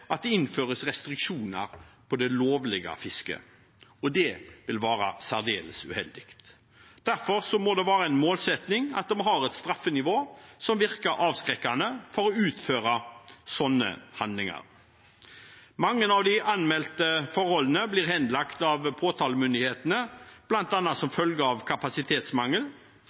at det innføres restriksjoner på det lovlige fisket – og det vil være særdeles uheldig. Derfor må det være en målsetting at vi har et straffenivå som virker avskrekkende for å utføre slike handlinger. Mange av de anmeldte forholdene blir henlagt av påtalemyndighetene, bl.a. som følge av kapasitetsmangel.